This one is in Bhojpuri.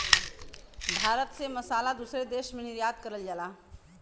भारत से मसाला दूसरे देश निर्यात करल जाला